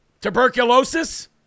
Tuberculosis